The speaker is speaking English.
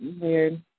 weird